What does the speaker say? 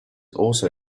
also